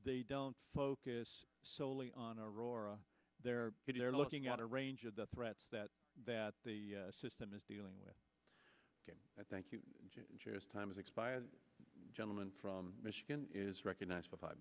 they don't focus solely on our or they're looking at a range of the threats that that the system is dealing with i thank you time's expired gentleman from michigan is recognized for five